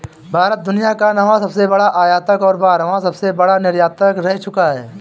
भारत दुनिया का नौवां सबसे बड़ा आयातक और बारहवां सबसे बड़ा निर्यातक रह चूका है